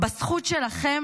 בזכות שלכם